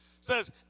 says